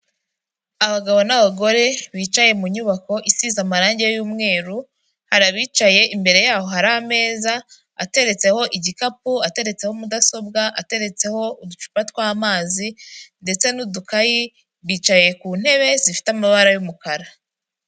Abagabo n'abagore bicaye mu nyubako isize amarangi y'umweru, hari abicaye, imbere yaho hari ameza ateretseho igikapu, ateretseho mudasobwa, ateretseho uducupa tw'amazi ndetse n'udukayi, bicaye ku ntebe zifite amabara y'umukara.